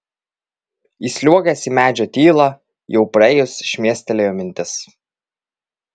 įsliuogęs į medžio tylą jau praėjus šmėstelėjo mintis